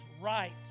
right